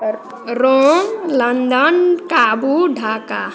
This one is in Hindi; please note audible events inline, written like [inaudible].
[unintelligible] रोम लंदन काबूल ढाका